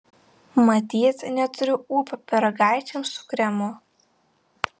matyt neturiu ūpo pyragaičiams su kremu